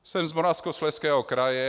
Jsem z Moravskoslezského kraje.